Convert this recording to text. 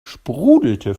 sprudelte